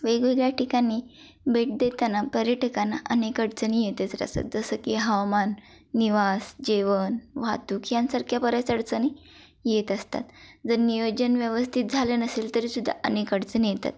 वेगवेगळ्या ठिकाणी भेट देताना पर्यटकांना अनेक अडचणी येतंच असत जसं की हवामान निवास जेवण वाहतूक यासारख्या बऱ्याच अडचणी येत असतात जर नियोजन व्यवस्थित झालं नसेल तरी सुद्धा अनेक अडचणी येतात